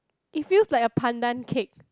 it feels like a pandan cake